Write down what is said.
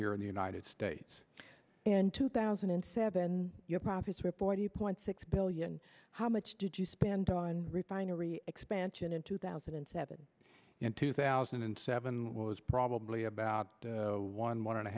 here in the united states in two thousand and seven your profits were forty point six billion how much did you spend on refinery expansion in two thousand and seven in two thousand and seven was probably about one one and a